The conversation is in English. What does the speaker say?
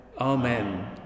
Amen